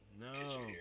No